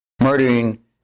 Murdering